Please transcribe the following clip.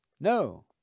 No